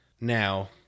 Now